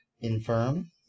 Infirm